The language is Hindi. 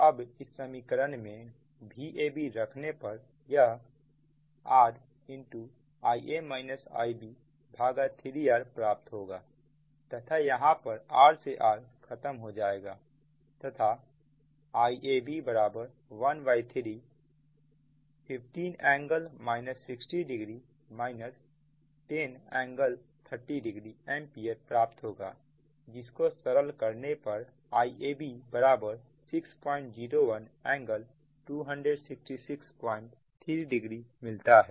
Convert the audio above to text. अब इस समीकरण में Vab रखने पर यह R Ia - Ib 3R होगा तथा यहां पर R से R खत्म हो जाएगा तथा Iab1315∟ 60o 10∟30o एंपियर प्राप्त होगा जिस को सरल करने पर Iab601∟2663o मिलता है